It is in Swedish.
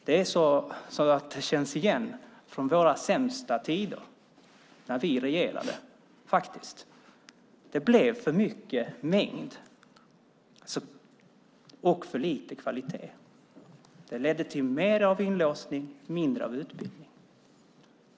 Det känns igen från våra sämsta tider när vi regerade, faktiskt. Det blev för mycket mängd och för lite kvalitet. Det ledde till mer inlåsning och mindre utbildning.